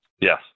Yes